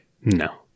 No